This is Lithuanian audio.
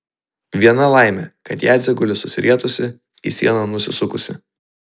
viena laimė kad jadzė guli susirietusi į sieną nusisukusi